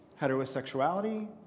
heterosexuality